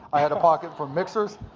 i had a pocket for mixers.